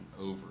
over